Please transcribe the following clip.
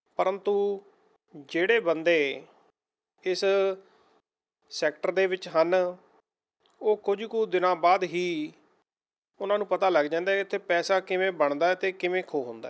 ਪਰੰਤੂ ਜਿਹੜੇ ਬੰਦੇ ਇਸ ਸੈਕਟਰ ਦੇ ਵਿੱਚ ਹਨ ਉਹ ਕੁਝ ਕੁ ਦਿਨਾਂ ਬਾਅਦ ਹੀ ਉਹਨਾਂ ਨੂੰ ਪਤਾ ਲੱਗ ਜਾਂਦਾ ਹੈ ਇੱਥੇ ਪੈਸਾ ਕਿਵੇਂ ਬਣਦਾ ਅਤੇ ਕਿਵੇਂ ਖੋ ਹੁੰਦਾ